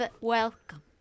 welcome